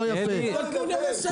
אתה מדבר?